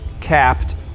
capped